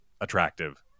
attractive